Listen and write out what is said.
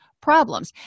problems